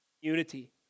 unity